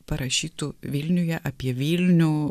parašytų vilniuje apie vilnių